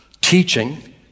teaching